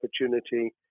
opportunity